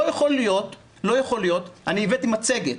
לא יכול להיות אני הבאתי מצגת